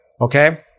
okay